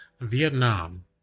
Vietnam